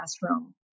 classroom